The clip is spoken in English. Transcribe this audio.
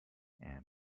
and